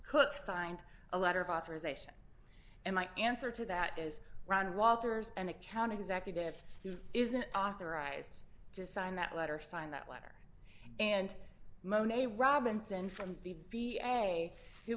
cook signed a letter of authorization and my answer to that is ron walters and a county executive who isn't authorized to sign that letter signed that letter and monet robinson from the v a who